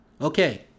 Okay